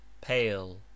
pale